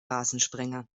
rasensprenger